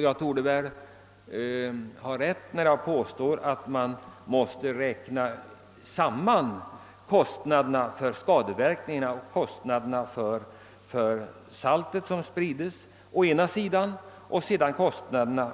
Jag torde ha rätt när jag påstår, att man måste räkna samman kostnaderna för skadeverkningarna och kostnaderna för det salt som sprides å ena sidan och sedan jämföra detta med kostnaderna